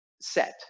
set